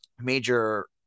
major